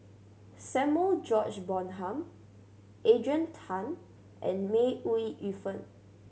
Samuel George Bonham Adrian Tan and May Ooi Yu Fen